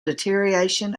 deterioration